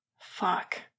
fuck